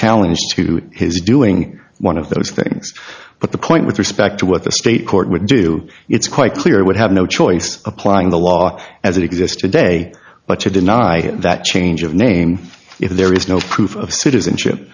challenge to his doing one of those things but the point with respect to what the state court would do it's quite clear would have no choice applying the law as it exists today but to deny that change of name if there is no proof of citizenship